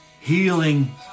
Healing